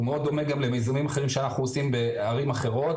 הוא מאוד דומה גם למיזמים אחרים שאנחנו עושים בערים אחרות.